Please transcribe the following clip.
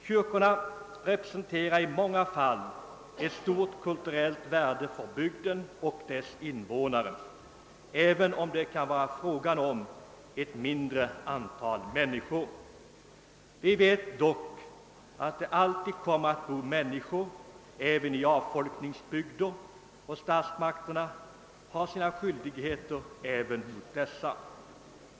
Kyrkorna representerar i många fall ett stort kulturellt värde för bygden och dess invånare — även om det kan vara fråga om ett mindre antal människor. Vi vet dock att det alltid kommer att bo människor även i avfolkningsbygder, och statsmakterna har sina skyldigheter också mot dessa.